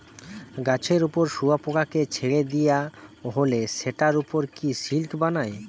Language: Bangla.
গাছের উপর শুয়োপোকাকে ছেড়ে দিয়া হলে সেটার উপর সে সিল্ক বানায়